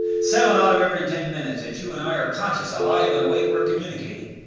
seven out of every ten minutes that you and i are conscious, alive, and awake we're communicating.